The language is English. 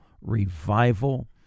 Revival